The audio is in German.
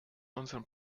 unseren